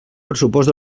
pressupost